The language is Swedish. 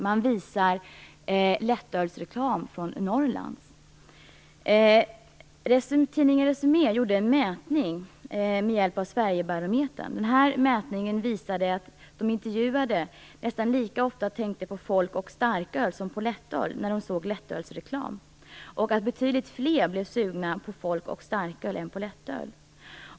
Man visar där reklam för Norrlands lättöl. Tidningen Resumé gjorde en mätning med hjälp av Sverigebarometern. Det visade sig där att de intervjuade nästan lika ofta tänkte på folk och starköl som på lättöl när de såg lättölsreklam och att betydligt fler blev sugna på folk och starköl än på lättöl.